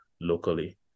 locally